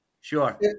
Sure